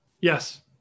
Yes